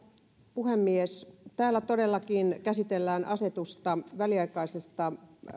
puhemies täällä todellakin käsitellään asetusta väliaikaisista